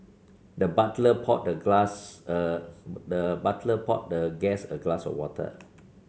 the butler poured the glass a the butler poured the guest a glass of water